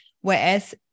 whereas